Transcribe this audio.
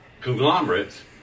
conglomerates